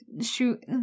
Shoot